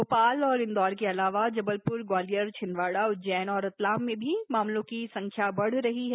भोपाल और इंदौर के अलावा जबलप्र ग्वालियर छिंदवाड़ा उज्जैन और रतलाम में मामलों की संख्या बढ रही है